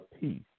peace